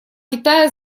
китая